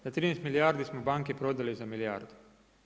Za 13 milijardi smo banke prodale za milijardu.